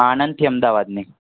આણંદથી અમદાવાદની